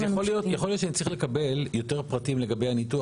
אז יכול להיות שאני צריך לקבל יותר פרטים לגבי הניתוח,